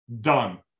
Done